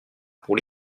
pour